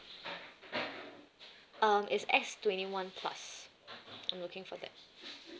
um it's X twenty one plus I'm looking for that